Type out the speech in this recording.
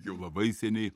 jau labai seniai